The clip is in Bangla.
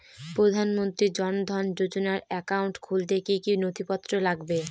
প্রধানমন্ত্রী জন ধন যোজনার একাউন্ট খুলতে কি কি নথিপত্র লাগবে?